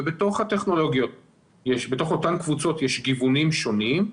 ובתוך אותן קבוצות יש גיוונים שונים.